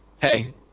Hey